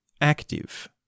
active